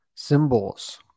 symbols